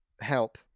help